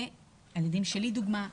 לדוגמה,